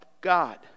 God